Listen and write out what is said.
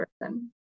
person